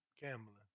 gambling